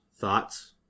Thoughts